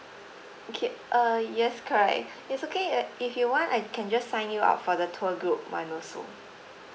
okay uh yes correct it's okay and if you want I can just sign you up for the tour group [one] also